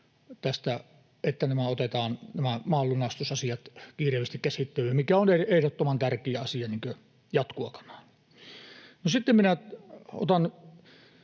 nämä maanlunastusasiat otetaan kiireellisesti käsittelyyn, mikä on ehdottoman tärkeä asia jatkon kannalta. No sitten minä otan